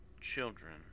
children